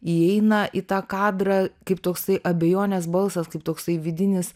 įeina į tą kadrą kaip toksai abejonės balsas kaip toksai vidinis